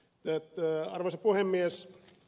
arvoisa puhemies